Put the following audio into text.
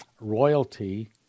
royalty